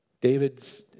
David's